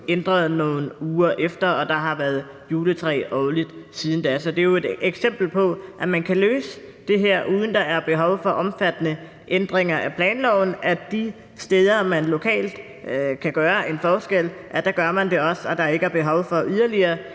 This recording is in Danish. ændret nogle uger efter, og der har været et juletræ årligt siden da. Så det er jo et eksempel på, at man kan løse det her, uden at der er behov for omfattende ændringer af planloven, og at man de steder, hvor man lokalt kan gøre en forskel, også gør det, og at der ikke er behov for yderligere